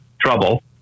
trouble